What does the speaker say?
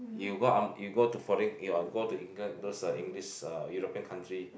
you go Ang~ you go to foreign you go to England those like English European country